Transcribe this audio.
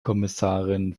kommissarin